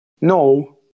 No